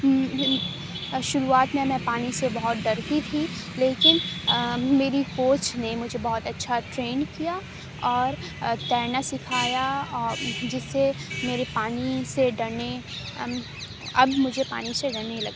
اب شروعات میں میں پانی سے بہت ڈرتی تھی لیکن میری کوچ نے مجھے بہت اچھا ٹرینڈ کیا اور تیرنا سکھایا آ جس سے میرے پانی سے ڈرنے اب مجھے پانی سے ڈر نہیں لگ